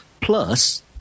Plus